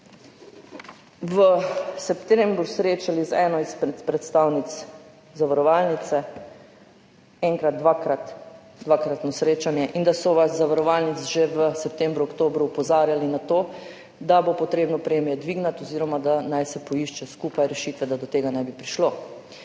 v septembru srečali z eno izmed predstavnic zavarovalnice enkrat, dvakrat, dvakratno srečanje, in da so vas iz zavarovalnic že v septembru, oktobru opozarjali na to, da bo potrebno premije dvigniti oziroma da naj se poišče skupaj rešitve, da do tega ne bi prišlo.